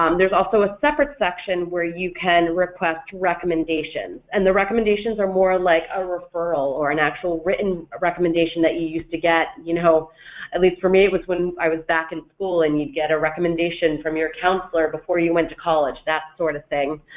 um there's also a separate section where you can request recommendations and the recommendations are more like a referral or an actual written recommendation that you used to get you know at least for me it was when i was back in school and you'd get a recommendation from your counselor before you went to college, that sort of thing.